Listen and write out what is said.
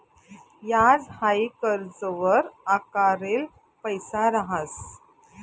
याज हाई कर्जवर आकारेल पैसा रहास